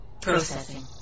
Processing